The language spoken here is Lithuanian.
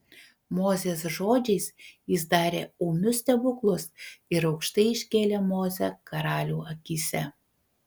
mozės žodžiais jis darė ūmius stebuklus ir aukštai iškėlė mozę karalių akyse